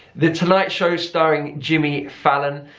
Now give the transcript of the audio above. the tonight show starring jimmy fallon,